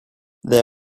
there